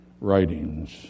writings